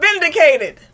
vindicated